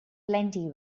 plenty